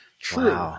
True